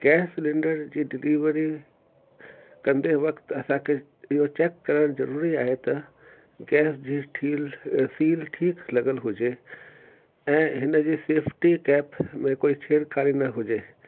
gas cylinder जी delivery कंदे वक़्तु असांखे इहो चेक करणु ज़रूरी आहे त गैस जी ठील सील ठीकु लॻल हुजे ऐं हिन जी सेफ्टी कैप में कोई छेड़कानी न हुजे